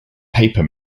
paper